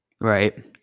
Right